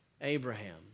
Abraham